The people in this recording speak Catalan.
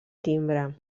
timbre